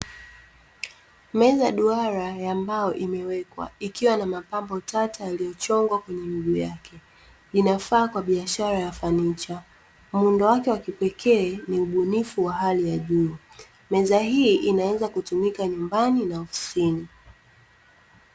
Meza duara ya mbao imewekwa, ikiwa na mapambo tata yaliyochongwa kwenye miguu yake, inafaa kwa biashara ya fanicha, muundo wake wa kipekee, ni ubunifu wa hali ya juu. Meza hii inaweza kutumika nyumbani na ofisini.